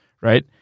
right